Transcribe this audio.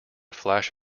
flash